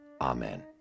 Amen